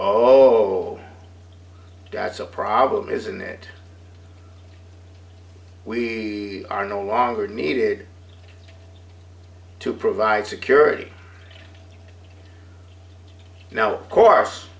oh that's a problem isn't it we are no longer needed to provide security you know course